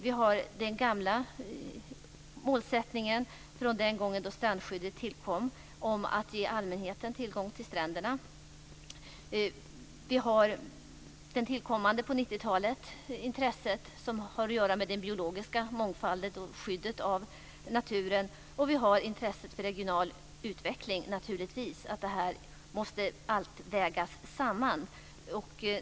Vi har den gamla målsättningen, från den gången då strandskyddet tillkom, att ge allmänheten tillgång till stränderna. På 90-talet tillkom intresset som har att göra med den biologiska mångfalden och skyddet av naturen. Vi har naturligtvis också intresset för regional utveckling. Här måste allt vägas samman.